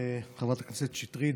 חברת הכנסת שטרית,